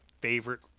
favorite